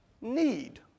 need